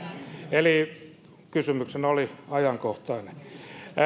eli kysymyksenne oli ajankohtainen